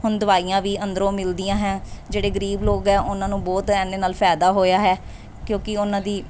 ਹੁਣ ਦਵਾਈਆਂ ਵੀ ਅੰਦਰੋਂ ਮਿਲਦੀਆਂ ਹੈ ਜਿਹੜੇ ਗਰੀਬ ਲੋਕ ਆ ਉਹਨਾਂ ਨੂੰ ਬਹੁਤ ਇਹਦੇ ਨਾਲ ਫ਼ਾਇਦਾ ਹੋਇਆ ਹੈ ਕਿਉਂਕਿ ਉਹਨਾਂ ਦੀ